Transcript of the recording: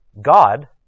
God